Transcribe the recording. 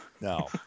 No